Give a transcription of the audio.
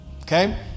okay